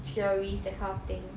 theories that kind of thing